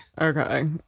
Okay